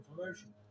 information